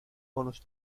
bonus